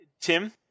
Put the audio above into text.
tim